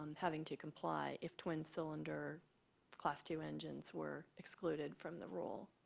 um having to comply if twin cylinder class two engines were excluded from the rule.